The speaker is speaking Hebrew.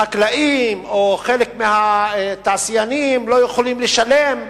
החקלאים או חלק מהתעשיינים לא יכולים לשלם.